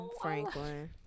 Franklin